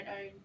own